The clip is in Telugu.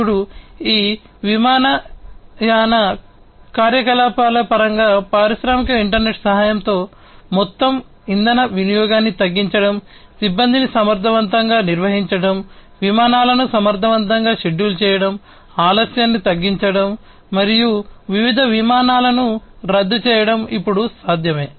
ఇప్పుడు విమానయాన కార్యకలాపాల పరంగా పారిశ్రామిక ఇంటర్నెట్ సహాయంతో మొత్తం ఇంధన వినియోగాన్ని తగ్గించడం సిబ్బందిని సమర్థవంతంగా నిర్వహించడం విమానాలను సమర్థవంతంగా షెడ్యూల్ చేయడం ఆలస్యాన్ని తగ్గించడం మరియు వివిధ విమానాలను రద్దు చేయడం ఇప్పుడు సాధ్యమే